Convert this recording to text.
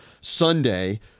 Sunday